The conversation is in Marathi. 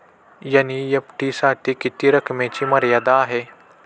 एन.ई.एफ.टी साठी किती रकमेची मर्यादा आहे?